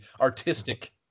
artistic